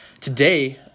Today